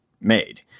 made